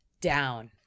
down